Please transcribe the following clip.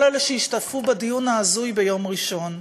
כל אלה שהשתתפו בדיון ההזוי ביום ראשון.